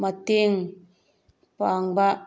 ꯃꯇꯦꯡ ꯄꯥꯡꯕ